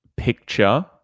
Picture